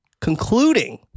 concluding